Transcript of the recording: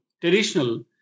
traditional